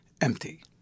empty